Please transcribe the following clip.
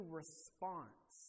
response